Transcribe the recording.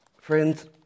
Friends